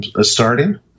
starting